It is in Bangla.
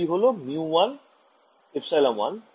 এই হল μ1 ε1